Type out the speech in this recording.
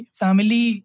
family